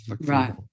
Right